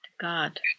God